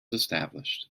established